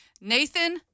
Nathan